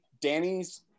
Danny's